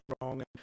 wrong